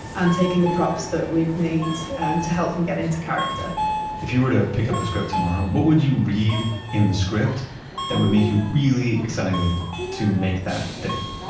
and taking the props that we'd made um to help them get into character if you were to pick up the script tomorrow, what would you read in the script that would make you really excited to make that thing?